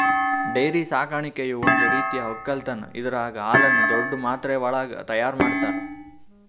dairy ಸಾಕಾಣಿಕೆಯು ಒಂದ್ ರೀತಿಯ ಒಕ್ಕಲತನ್ ಇದರಾಗ್ ಹಾಲುನ್ನು ದೊಡ್ಡ್ ಮಾತ್ರೆವಳಗ್ ತೈಯಾರ್ ಮಾಡ್ತರ